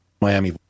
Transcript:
Miami